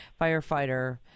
firefighter